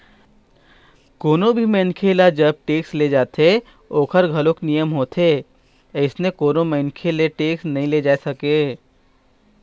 कोनो भी मनखे ले जब टेक्स ले जाथे ओखर घलोक नियम होथे अइसने ही कोनो मनखे ले टेक्स नइ ले जाय जा सकय